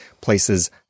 places